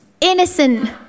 innocent